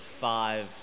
five